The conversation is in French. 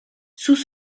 sous